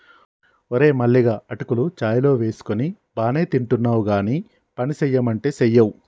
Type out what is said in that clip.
ఓరే మల్లిగా అటుకులు చాయ్ లో వేసుకొని బానే తింటున్నావ్ గానీ పనిసెయ్యమంటే సెయ్యవ్